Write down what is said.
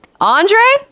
Andre